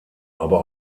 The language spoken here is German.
aber